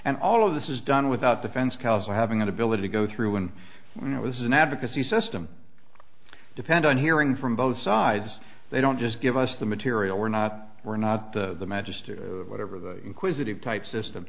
and all of this is done without defense cause of having an ability to go through and it was an advocacy system depend on hearing from both sides they don't just give us the material we're not we're not the magister whatever the inquisitive type system